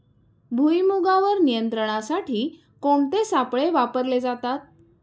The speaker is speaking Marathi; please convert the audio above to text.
भुईमुगावर नियंत्रणासाठी कोणते सापळे वापरले जातात?